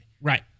Right